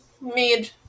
made